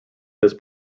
this